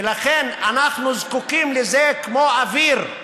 ולכן אנחנו זקוקים לזה כמו אוויר.